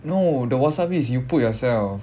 no the wasabi is you put yourself